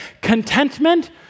contentment